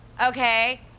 Okay